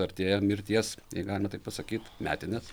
artėja mirties jei galima taip pasakyt metinės